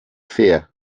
fair